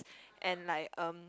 and like um